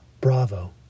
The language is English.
Bravo